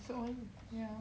so ya